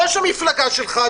ראש המפלגה שלך,